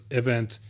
event